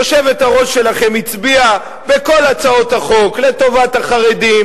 היושבת-ראש שלכם הצביעה בכל הצעות החוק לטובת החרדים,